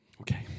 Okay